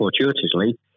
fortuitously